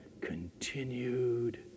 continued